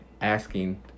asking